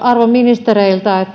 arvon ministereiltä